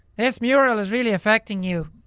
and this mural is really affecting you.